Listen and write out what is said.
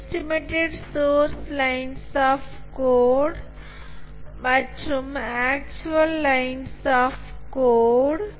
estimated source lines of code மற்றும் actual lines of code